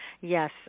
Yes